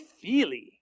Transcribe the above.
Feely